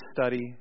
study